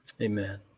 Amen